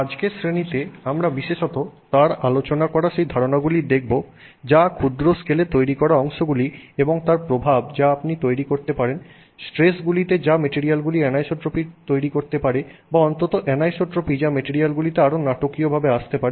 আজকের শ্রেণিতে আমরা বিশেষত তার আলোচনা করা সেই ধারণা গুলির দেখব যা ক্ষুদ্র স্কেলে তৈরি করা অংশগুলি এবং তার প্রভাব যা আপনি তৈরি করতে পারেন স্ট্রেসগুলিতে যা মেটেরিয়ালগুলিতে অ্যানোসোট্রপির তৈরি করতে পারে বা অন্তত অ্যানিসোট্রপি যা মেটেরিয়ালগুলিতে আরও নাটকীয়ভাবে আসতে পারে